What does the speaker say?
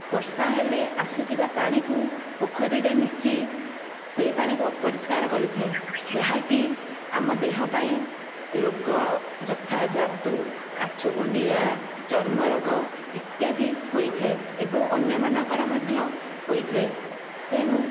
ବର୍ଷା ହେଲେ ଆସୁଥିବା ପାଣିକୁ ପୋଖରୀରେ ମିଶି ସେହି ପାଣିକୁ ଅପରିଷ୍କାର କରିଥାଏ ଯାହାକି ଆମ ଦେହ ପାଇଁ ରୋଗ ଯଥା ଯାଦୁ କାଛୁ କୁଣ୍ଡିଆ ଚର୍ମରୋଗ ଇତ୍ୟାଦି ହୋଇଥାଏ ଏବଂ ଅନ୍ୟମାନଙ୍କର ମଧ୍ୟ ହୋଇଥାଏ ତେଣୁ